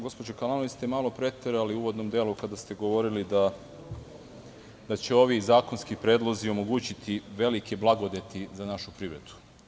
Gospođo Kalanović, čini mi se da ste malo preterali u uvodnom delu, kada ste govorili da će ovi zakonski predlozi omogućiti velike blagodeti za našu privredu.